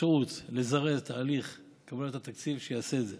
אפשרות לזרז את תהליך קבלת התקציב שיעשה את זה,